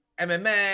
MMA